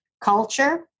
culture